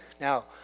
Now